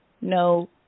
no –